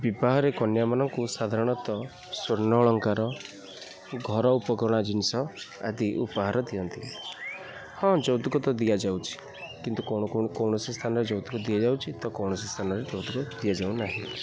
ବିବାହରେ କନ୍ୟାମାନଙ୍କୁ ସାଧାରଣତଃ ସ୍ଵର୍ଣ୍ଣ ଅଳଙ୍କାର ଘର ଉପକରଣ ଜିନିଷ ଆଦି ଉପହାର ଦିଅନ୍ତି ହଁ ଯୌତୁକ ତ ଦିଆଯାଉଛି କିନ୍ତୁ କୌଣସି ସ୍ଥାନରେ ଯୌତୁକ ଦିଆଯାଉଛି ତ କୌଣସି ସ୍ଥାନରେ ଯୌତୁକ ଦିଆଯାଉନାହିଁ